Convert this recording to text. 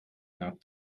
not